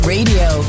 Radio